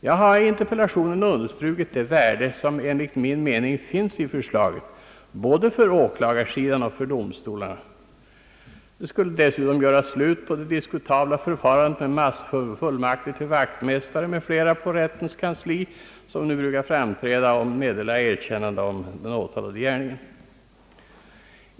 Jag har i interpellationen understrukit det värde, som enligt min mening förslaget har både för åklagarsidan och för domstolarna. Det skulle dessutom göra slut på det diskutabla förfarandet med massfullmakter till vaktmästare m.fl. på rättens kansli, vilka nu framträder och meddelar erkännande av den åtalade gärningen.